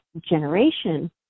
generation